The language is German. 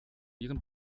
ihren